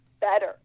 better